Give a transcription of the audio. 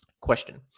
Question